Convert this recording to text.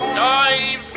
dive